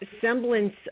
semblance